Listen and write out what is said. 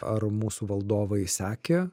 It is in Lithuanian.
ar mūsų valdovai sekė